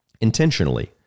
intentionally